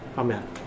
Amen